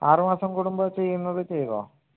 ആറുമാസം കൂടുമ്പോൾ ചെയ്യുന്നത് ചെയ്തോ